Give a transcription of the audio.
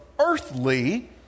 earthly